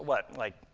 what, like,